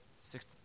Six